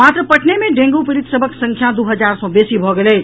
मात्र पटने मे डेंगू पीड़ित सभक संख्या दू हजार सॅ बेसी भऽ गेल अछि